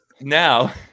now